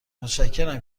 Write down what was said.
متشکرم